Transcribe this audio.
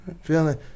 feeling